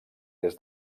des